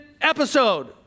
episode